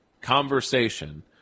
conversation